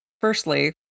firstly